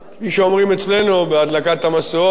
כפי שאומרים אצלנו בהדלקת המשואות